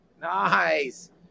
Nice